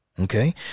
Okay